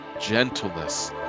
gentleness